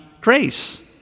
grace